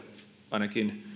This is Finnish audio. ainakin